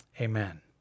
Amen